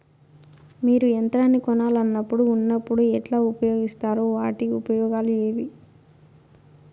మీరు యంత్రాన్ని కొనాలన్నప్పుడు ఉన్నప్పుడు ఎట్లా ఉపయోగిస్తారు వాటి ఉపయోగాలు ఏవి?